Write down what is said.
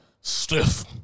Stiff